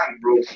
bro